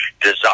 desire